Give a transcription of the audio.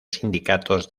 sindicatos